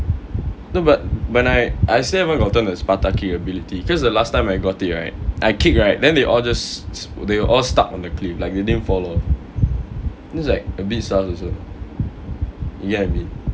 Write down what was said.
no but when I I still haven't never gotten the sparta kick ability because the last time I got it right I kicked right then they all just they all stuck on a cliff like they didn't fall off that's like a bit sus also you get what I mean